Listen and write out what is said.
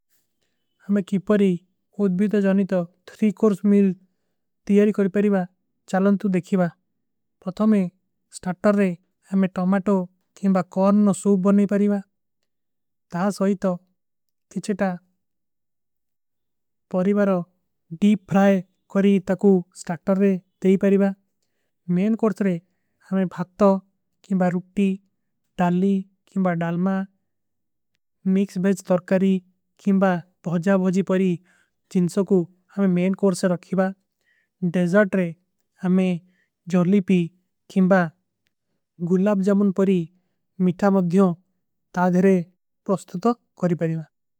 ହମେଂ କିପରୀ ଓଦ୍ଭୀତ ଜନୀତ ତ୍ରୀ କୋର୍ସ ମିଲ ତିଯାରୀ କରୀ ପାରୀବା। ଚଲନ ତୁ ଦେଖୀବା ପରଥମେ ସ୍ଟାର୍ଟର ରେ ହମେଂ ଟୋମାଟୋ କେଂବା କର୍ଣ ଔର। ସୂପ ବନନୀ ପାରୀବା ତା ସୋଈତୋ କିଛେ ଟା। ପାରୀବାରୋ ଡୀପ ଫ୍ରାଯ କରୀ ତକୂ ସ୍ଟାର୍ଟର ରେ ଦେଖୀ ପାରୀବା ମେଂ କୋର୍ସ ରେ। ହମେଂ ଭାକତୋ କେଂବା ରୁଟୀ ଡାଲୀ କେଂବା ଡାଲମା ମିକ୍ସ ବେଜ ତରକାରୀ। କେଂବା ଭଜା ଭଜୀ ପରୀ ଜିନସୋ କୂ ହମେଂ ମେଂ କୋର୍ସ ରେ ରଖୀବା ଡେଜର୍ଟ ରେ ହମେଂ। ଜୋର୍ଲୀ ପୀ କେଂବା ଗୁଲାବ ଜମୁନ ପରୀ ମିଠା ମଦ୍ଯୋଂ ତା ଧେରେ ପସ୍ଥତୋ କରୀ ପାରୀବା।